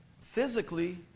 physically